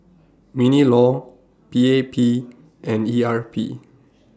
Mini law P A P and E R P